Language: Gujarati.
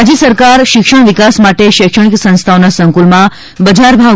રાજ્ય સરકાર શિક્ષણ વિકાસ માટે શૈક્ષણિક સંસ્થાઓના સંકુલમાં બજારભાવ